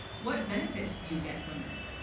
what benefits do you get from it?